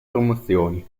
promozioni